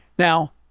Now